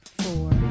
four